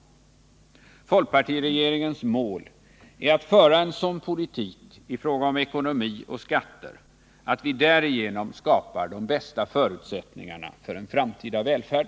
Folkpartiregeringens mål är att föra en sådan politik i fråga om ekonomi och skatter att vi därigenom skapar de bästa förutsättningarna för en framtida välfärd.